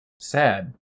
Sad